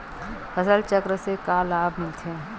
फसल चक्र से का लाभ मिलथे?